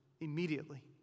immediately